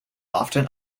often